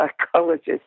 psychologist